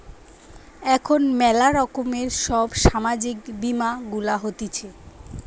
এখন ম্যালা রকমের সব সামাজিক বীমা গুলা হতিছে